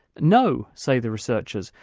no, say the researchers,